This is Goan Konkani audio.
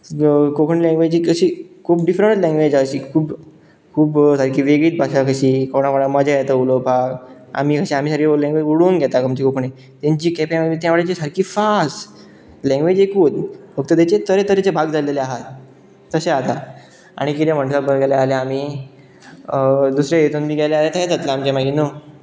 कोंकणी लँग्वेजी अशी खूब डिफरंट लँग्वेज अशी खूब खूब सारकी वेगळीच भाशा कशी कोणा कोणा मजा येता उलोवपाक आमी कशी आमी सारकी लँग्वेज ओडून घेता आमची कोंकणी तेंची केप्यां बी त्या वटेनची सारकी फास्ट लँंग्वेज एकूच फक्त ताचे तरेतरेचे भाग जाल्लेले आसात तशें जाता आनी कितें म्हणशात जाल्यार आमी दुसऱ्या हातूंत बी गेले जाल्यार तशेंत जातलें आमचें मागीर न्हय